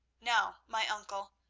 now, my uncle,